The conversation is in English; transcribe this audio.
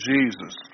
Jesus